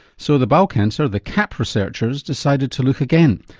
so the bowel cancer, the capp researchers decided to look again.